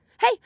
hey